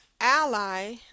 ally